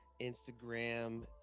Instagram